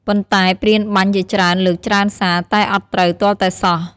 ប៉ុន្ដែព្រានបាញ់ជាច្រើនលើកច្រើនសារតែអត់ត្រូវទាល់តែសោះ ។